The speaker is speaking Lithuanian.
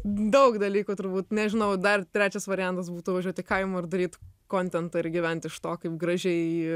daug dalykų turbūt nežinau dar trečias variantas būtų važiuot į kaimą ir daryt kontentą ir gyventi iš to kaip gražiai